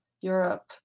Europe